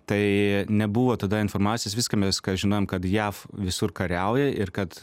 tai nebuvo tada informacijos viską mes ką žinom kad jav visur kariauja ir kad